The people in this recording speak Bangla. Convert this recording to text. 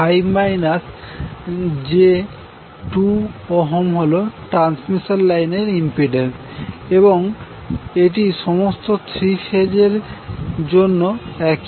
5 j2Ω হল ট্রান্সমিশন লাইনের ইম্পিড্যান্স এবং এটি সমস্ত থ্রি ফেজের জন্য একই